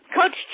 Coach